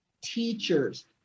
teachers